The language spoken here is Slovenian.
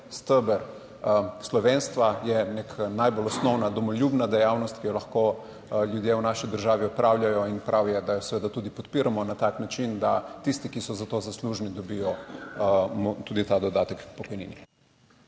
steber slovenstva, je neka najbolj osnovna domoljubna dejavnost, ki jo lahko ljudje v naši državi opravljajo in prav je, da jo seveda tudi podpiramo na tak način, da tisti, ki so za to zaslužni, dobijo tudi ta dodatek k pokojnini.